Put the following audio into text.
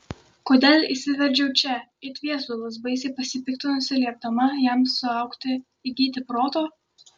kodėl įsiveržiau čia it viesulas baisiai pasipiktinusi liepdama jam suaugti įgyti proto